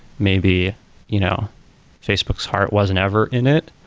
maybe you know facebook's heart wasn't ever in it.